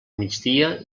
migdia